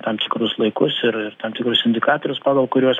tam tikrus laikus ir ir tam tikrus indikatorius pagal kuriuos